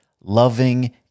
loving